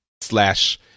slash